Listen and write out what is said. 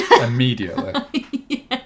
Immediately